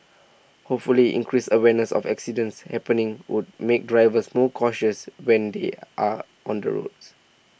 hopefully increased awareness of accidents happening would make drivers more cautious when they are on the roads